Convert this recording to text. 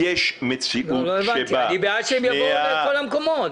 אני בעד שהם יבואו לכל המקומות.